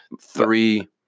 three